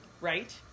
right